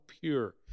pure